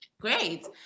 Great